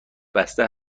بسته